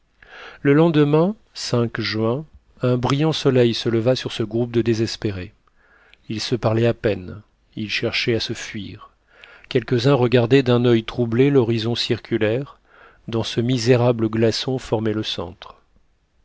le lendemain juin un brillant soleil se leva sur ce groupe de désespérés ils se parlaient à peine ils cherchaient à se fuir quelques-uns regardaient d'un oeil troublé l'horizon circulaire dont ce misérable glaçon formait le centre